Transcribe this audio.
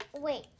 Wait